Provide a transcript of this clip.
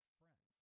friends